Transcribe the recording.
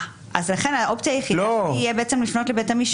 לכן האופציה היחידה תהיה לפנות לבית המשפט.